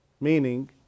meaning